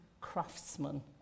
craftsman